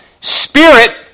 Spirit